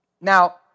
Now